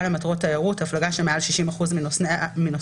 למטרות תיירות" הפלגה שמעל 60 אחוזים מנוסעיה,